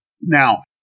now